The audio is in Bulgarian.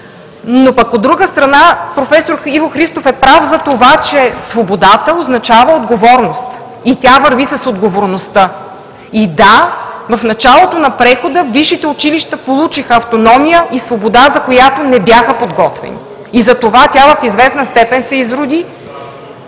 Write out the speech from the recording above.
От друга страна, професор Иво Христов е прав, че свободата означава отговорност и тя върви с отговорността. Да, в началото на прехода висшите училища получиха автономия и свобода, за която не бяха подготвени, затова тя в известна степен се изроди.